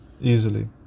easily